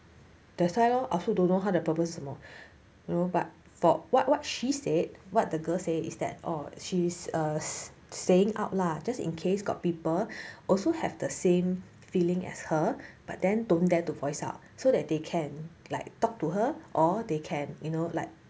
that's why lor I also don't know 他的 purpose 是什么 you know but what what she said what the girl say is that oh she's err saying out lah just in case got people also have the same feeling as her but then don't dare to voice out so that they can like talk to her or they can you know like